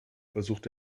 versucht